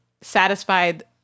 satisfied